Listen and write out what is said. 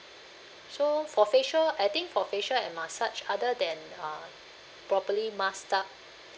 so for facial I think for facial and massage other than uh properly mask up